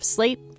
Slate